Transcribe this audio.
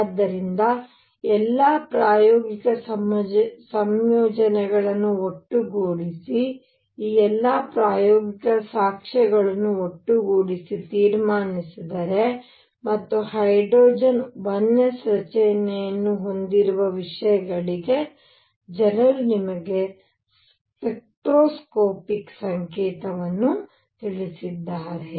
ಆದ್ದರಿಂದ ಈ ಎಲ್ಲಾ ಪ್ರಾಯೋಗಿಕ ಸಂಯೋಜನೆಗಳನ್ನು ಒಟ್ಟುಗೂಡಿಸಿ ಈ ಎಲ್ಲಾ ಪ್ರಾಯೋಗಿಕ ಸಾಕ್ಷ್ಯಗಳನ್ನು ಒಟ್ಟುಗೂಡಿಸಿ ತೀರ್ಮಾನಿಸಿದೆ ಮತ್ತು ಹೈಡ್ರೋಜನ್ 1s ರಚನೆಯನ್ನು ಹೊಂದಿರುವ ವಿಷಯಗಳಿಗೆ ಜನರು ನಿಮಗೆ ಸ್ಪೆಕ್ಟ್ರೋಸ್ಕೋಪಿಕ್ ಸಂಕೇತವನ್ನು ತಿಳಿದಿದ್ದಾರೆ